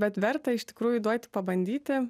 bet verta iš tikrųjų duoti pabandyti